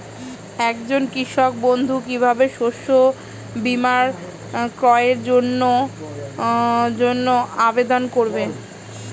একজন কৃষক বন্ধু কিভাবে শস্য বীমার ক্রয়ের জন্যজন্য আবেদন করবে?